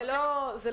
זה לא אליו.